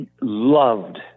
loved